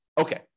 Okay